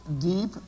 deep